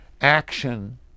action